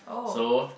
so